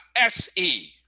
S-E